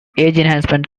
enhancement